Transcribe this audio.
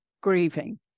grieving